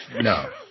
no